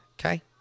okay